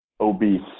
obese